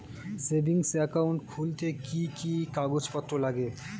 Savings account খুলতে কি কি কাগজপত্র লাগে?